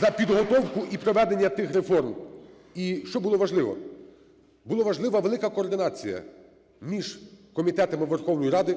за підготовку і проведення тих реформ. І що було важливо? Було важливо велика координація між комітетами Верховної Ради